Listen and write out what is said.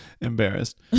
embarrassed